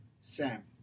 Sam